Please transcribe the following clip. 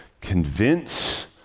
convince